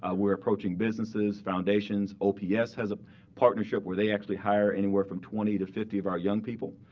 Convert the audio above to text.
ah we're approaching businesses, foundations ops has a partnership where they actually hire anywhere from twenty to fifty of our young people.